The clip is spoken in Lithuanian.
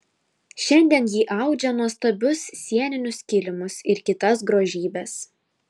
šiandien ji audžia nuostabius sieninius kilimus ir kitas grožybes